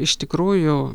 iš tikrųjų